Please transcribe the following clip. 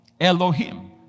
Elohim